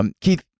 Keith